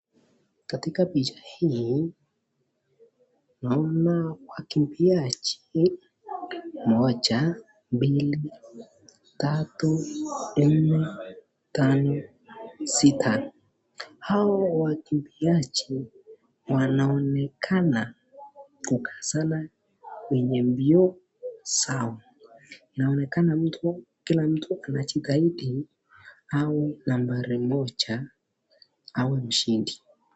Katika picha hii naona wakimbiaji, Moja, mbili, tatu, nne, tano, sita. Hao wakimbiaji wanaonekana kukazana kwenye mbio zao. Inaonekana kila mtu anajitahidi awe nambari moja au mshindi.